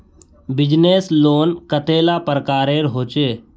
Business loan कतेला प्रकारेर होचे?